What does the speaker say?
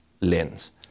lens